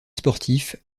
sportif